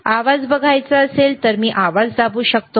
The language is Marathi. आवाज बघायचा असेल तर मी आवाज दाबू शकतो